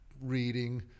reading